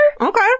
Okay